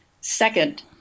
second